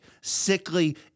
sickly